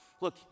Look